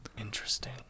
Interesting